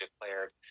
declared